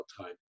time